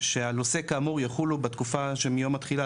שעל עוסק כאמור יחולו על בתקופה שמיום התחילה,